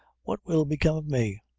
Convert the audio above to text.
what will become of me!